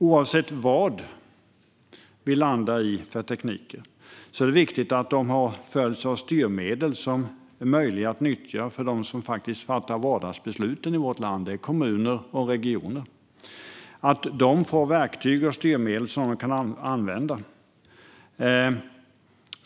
Oavsett vad vi landar i för tekniker är det viktigt att de följs av verktyg och styrmedel som kan nyttjas av dem som fattar vardagsbesluten i vårt land, det vill säga kommuner och regioner.